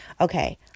Okay